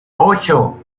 ocho